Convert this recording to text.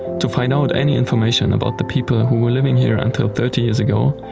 to find out any information about the people who were living here until thirty years ago,